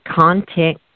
content